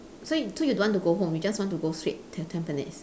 so so you don't want to go home you just want to go straight to tampines